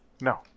No